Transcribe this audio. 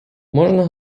можна